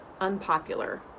unpopular